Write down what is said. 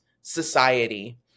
society